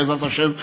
בעזרת השם,